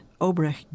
Obrecht